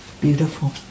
beautiful